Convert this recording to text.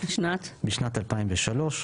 בשנת 2003,